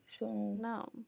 No